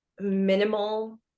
minimal